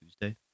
Tuesday